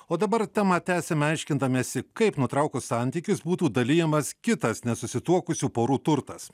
o dabar temą tęsiame aiškindamiesi kaip nutraukus santykius būtų dalijamas kitas nesusituokusių porų turtas